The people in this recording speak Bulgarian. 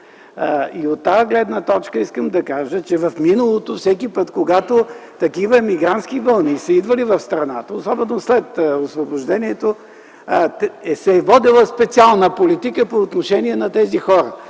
От тази гледна точка ще кажа, че в миналото всеки път, когато такива емигрантски вълни са идвали в страната, особено след Освобождението, се е водила специална политика по отношение на тези хора.